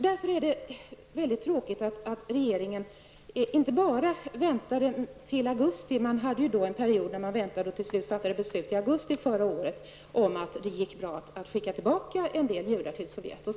Man hade en period förra året då man väntade med besluten till augusti och då fann att det gick bra att skicka tillbaka en del judar till Sovjet.